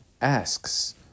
asks